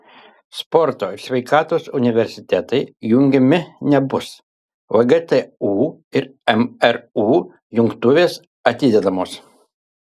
sporto ir sveikatos universitetai jungiami nebus vgtu ir mru jungtuvės atidedamos